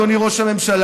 אדוני ראש הממשלה,